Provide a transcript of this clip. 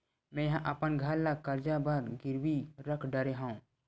मेहा अपन घर ला कर्जा बर गिरवी रख डरे हव